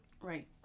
Right